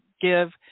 give